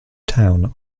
town